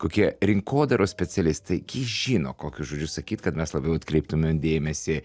kokie rinkodaros specialistai gi žino kokius žodžius sakyt kad mes labiau atkreiptume dėmesį